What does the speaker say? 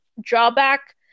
drawback